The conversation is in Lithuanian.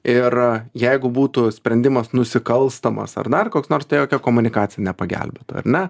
ir jeigu būtų sprendimas nusikalstamas ar dar koks nors tai jokia komunikacija nepagelbėtų ar ne